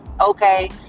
okay